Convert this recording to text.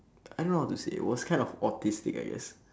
I don't know how to say was kind of autistic I guess